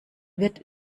wird